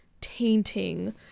tainting